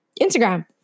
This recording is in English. Instagram